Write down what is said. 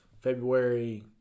February